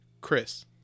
Chris